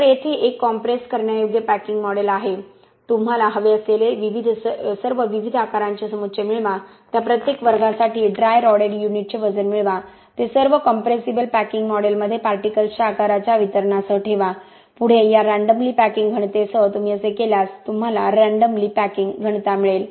तर येथे एक कॉम्प्रेस करण्यायोग्य पॅकिंग मॉडेल आहे तुम्हाला हवे असलेले सर्व विविध आकारांचे समुच्चय मिळवा त्या प्रत्येक वर्गासाठी ड्राय रॉडेड युनिटचे वजन मिळवा ते सर्व कंप्रेसिबल पॅकिंग मॉडेलमध्ये पार्टिकल्स च्या आकाराच्या वितरणासह ठेवा पुढे या रँडमली पॅकिंग घनतेसह तुम्ही असे केल्यास तुम्हाला रँडमली पॅकिंग घनता मिळेल